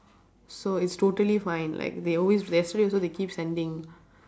so it's totally fine like they always they yesterday also they keep sending